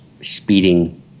speeding